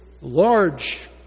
large